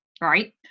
right